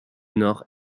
nord